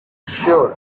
sure